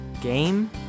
Game